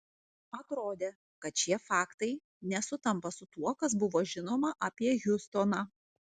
atrodė kad šie faktai nesutampa su tuo kas buvo žinoma apie hiustoną